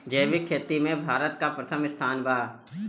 जैविक खेती में भारत का प्रथम स्थान बा